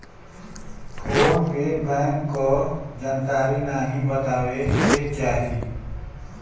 phone पे bank क जानकारी नाहीं बतावे के चाही